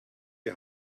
die